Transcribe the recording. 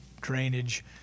drainage